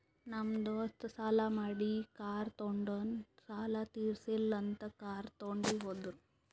ನಮ್ ದೋಸ್ತ ಸಾಲಾ ಮಾಡಿ ಕಾರ್ ತೊಂಡಿನು ಸಾಲಾ ತಿರ್ಸಿಲ್ಲ ಅಂತ್ ಕಾರ್ ತೊಂಡಿ ಹೋದುರ್